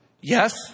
Yes